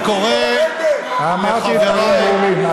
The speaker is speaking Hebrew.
אני קורא לחבריי, אני אמרתי דברים ברורים.